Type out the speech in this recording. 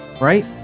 right